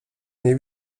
nie